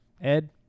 Ed